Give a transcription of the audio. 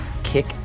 kick